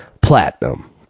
Platinum